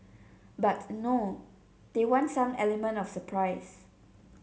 but no they want some element of surprise